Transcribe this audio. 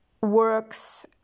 works